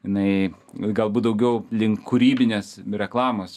jinai galbūt daugiau link kūrybinės reklamos